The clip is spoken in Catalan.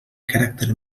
caràcter